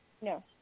No